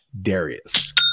Darius